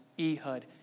Ehud